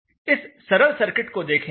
इस सरल सर्किट को देखें